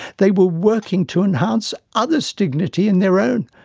they were working to enhance others' dignity and their own,